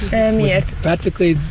Practically